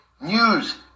news